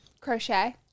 crochet